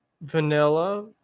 vanilla